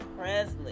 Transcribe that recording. Presley